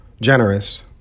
generous